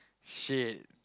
shit